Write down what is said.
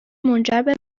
منجربه